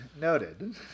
Noted